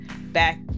back